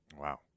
Wow